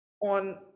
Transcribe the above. on